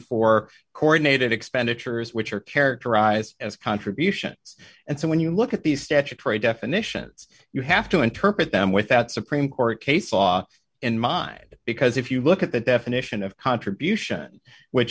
for coordinated expenditures which are characterized as contributions and so when you look at these statutory definitions you have to interpret them with that supreme court case law in mind because if you look at the definition of contribution which